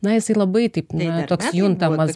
na jisai labai taip na toks juntamas